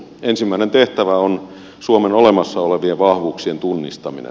ensimmäinen tehtävä on suomen olemassa olevien vahvuuksien tunnistaminen